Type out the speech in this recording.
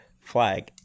flag